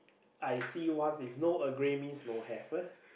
I see once if no Earl Grey means no have